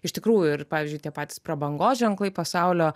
iš tikrųjų ir pavyzdžiui tie patys prabangos ženklai pasaulio